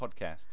podcast